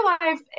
life